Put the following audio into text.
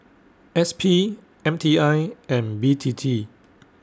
S P M T I and B T T